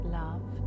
love